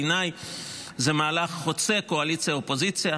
בעיניי זה מהלך חוצה קואליציה ואופוזיציה.